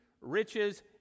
riches